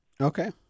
Okay